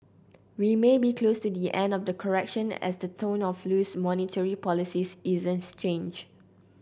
we may be close to the end of the correction as the tone of loose monetary policies isn't change